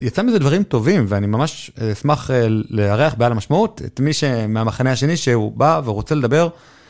יצא מזה דברים טובים ואני ממש אשמח לארח בעל המשמעות את מי שמהמחנה השני שהוא בא ורוצה לדבר.